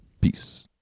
peace